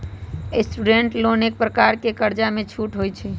student loan एक प्रकार के कर्जामें छूट होइ छइ